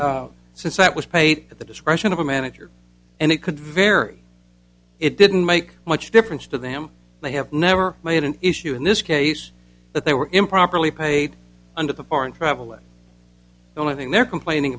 it since that was paid at the discretion of a manager and it could vary it didn't make much difference to them they have never made an issue in this case that they were improperly paid under the foreign travel the only thing they're complaining